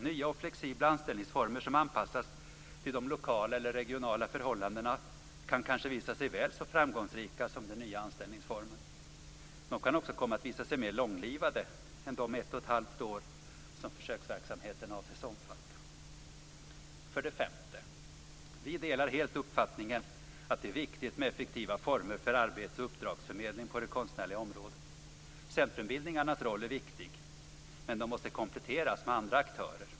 Nya och flexibla anställningsformer som anpassas till de lokala eller regionala förhållandena kan kanske visa sig väl så framgångsrika som den nya anställningsformen. De kan också komma att visa sig mer långlivade än de ett och ett halvt år som försöksverksamheten avses omfatta. För det femte: Vi delar helt uppfattningen att det är viktigt med effektiva former för arbets och uppdragsförmedling på det konstnärliga området. Centrumbildningarnas roll är viktig, men de måste kompletteras med andra aktörer.